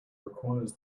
requires